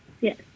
Yes